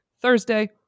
thursday